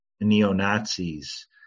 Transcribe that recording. Neo-Nazis